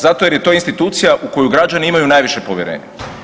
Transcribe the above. Zato jer je to institucija u koju građani imaju najviše povjerenja.